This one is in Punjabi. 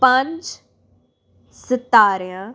ਪੰਜ ਸਿਤਾਰਿਆਂ